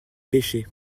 pêchaient